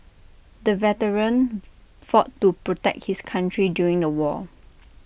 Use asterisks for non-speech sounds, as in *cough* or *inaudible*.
the veteran *noise* fought to protect his country during the war